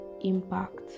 impact